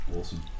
Awesome